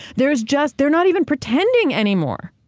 there's just, they're not even pretending any more.